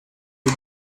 you